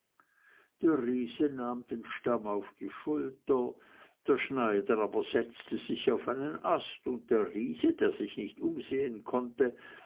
der riese nahm den stamm auf die schulter der schneider aber setzte sich auf einen ast und der riese der sich nicht umsehen konnte